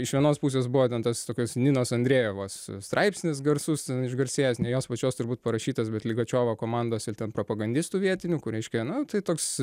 iš vienos pusės buvo ten tas tokios ninos andrejevos straipsnis garsus išgarsėjęs ne jos pačios turbūt parašytas bet ligačiovo komandos ir ten propagandistų vietinių kur reiškia nu tai toks